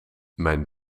mijn